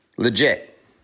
Legit